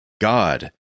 God